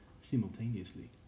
simultaneously